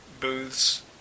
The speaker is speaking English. booths